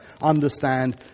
understand